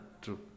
True